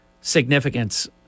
significance